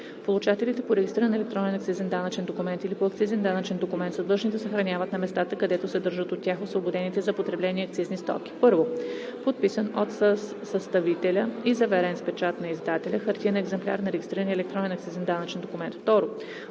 Получателите по регистриран електронен акцизен данъчен документ или по акцизен данъчен документ са длъжни да съхраняват на местата, където се държат от тях освободените за потребление акцизни стоки: 1. подписан от съставителя и заверен с печат на издателя хартиен екземпляр на регистрирания електронен акцизен данъчен документ; 2.